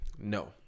No